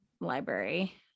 library